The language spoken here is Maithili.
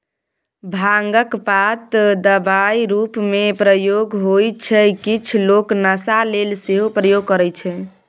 भांगक पात दबाइ रुपमे प्रयोग होइ छै किछ लोक नशा लेल सेहो प्रयोग करय छै